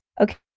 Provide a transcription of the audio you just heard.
Okay